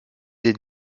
des